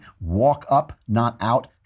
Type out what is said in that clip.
walk-up-not-out